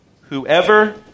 Whoever